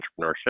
entrepreneurship